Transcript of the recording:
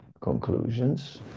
conclusions